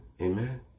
amen